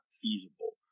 feasible